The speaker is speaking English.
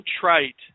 trite